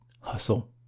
hustle